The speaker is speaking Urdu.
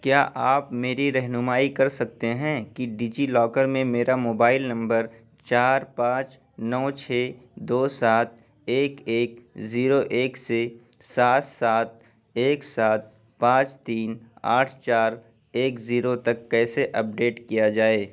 کیا آپ میری رہنمائی کر سکتے ہیں کہ ڈیجی لاکر میں میرا موبائل نمبر چار پانچ نو چھ دو سات ایک ایک زیرو ایک سے سات سات ایک سات پانچ تین آٹھ چار ایک زیرو تک کیسے اپ ڈیٹ کیا جائے